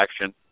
action